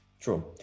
true